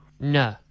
No